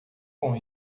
com